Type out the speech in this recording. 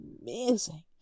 amazing